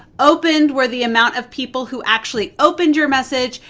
opened were the amount of people who actually opened your message.